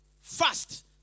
first